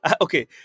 okay